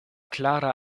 klara